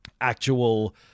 actual